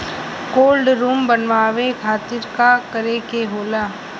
Cold room बनावे खातिर का करे के होला?